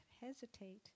hesitate